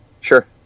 Sure